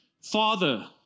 father